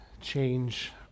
change